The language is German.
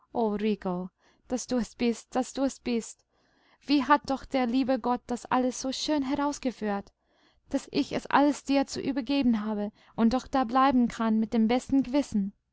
daß du es bist daß du es bist wie hat doch der liebe gott das alles so schön herausgeführt daß ich es alles dir zu übergeben habe und doch dableiben kann mit dem besten gewissen